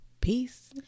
Peace